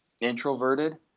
introverted